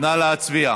נא להצביע.